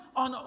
on